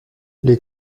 les